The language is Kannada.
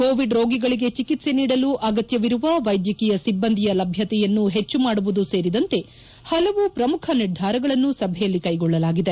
ಕೋವಿಡ್ ರೋಗಿಗಳಿಗೆ ಚಿಕಿತ್ಸೆ ನೀಡಲು ಅಗತ್ತವಿರುವ ವೈದ್ಯಕೀಯ ಸಿಬ್ಬಂದಿಯ ಲಭ್ಯತೆಯನ್ನು ಹೆಚ್ಚು ಮಾಡುವುದು ಸೇರಿದಂತೆ ಹಲವು ಪ್ರಮುಖ ನಿರ್ಧಾರಗಳನ್ನು ಸಭೆಯಲ್ಲಿ ಕ್ಲೆಗೊಳ್ಳಲಾಗಿದೆ